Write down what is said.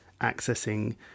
accessing